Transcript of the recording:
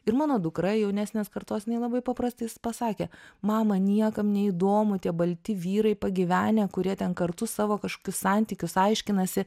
ir mano dukra jaunesnės kartos jinai labai paprastai pasakė mama niekam neįdomu tie balti vyrai pagyvenę kurie ten kartu savo kažkokius santykius aiškinasi